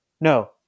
No